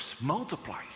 Multiply